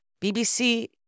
BBC